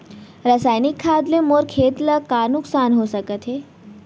रसायनिक खाद ले मोर खेत ला का नुकसान हो सकत हे?